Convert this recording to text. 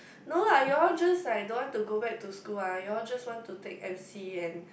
no lah you all just like don't want to go back to school ah you all just want to take M_C and